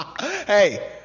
Hey